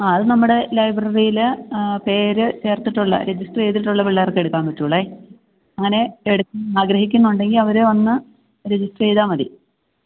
ആ അത് നമ്മുടെ ലൈബ്രറിയില് പേര് ചേര്ത്തിട്ടുള്ള രജിസ്റ്റര് ചെയ്തിട്ടുള്ള പിള്ളേര്ക്കേ എടുക്കാന് പറ്റുകയുള്ളൂ അങ്ങനെ എടുക്കണമെന്ന് ആഗ്രഹിക്കുന്നുണ്ടെങ്കില് അവര് വന്ന് രജിസ്റ്റര് ചെയ്താല് മതി